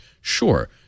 sure